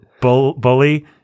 bully